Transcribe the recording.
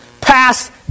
pass